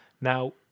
now